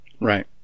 Right